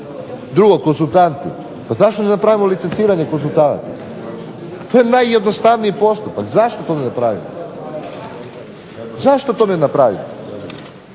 Drugo konzultanti, pa zašto ne napravimo licenciranje konzultanata? To je najjednostavniji postupak, zašto to ne napravimo? Međutim treba očito